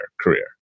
career